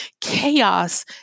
Chaos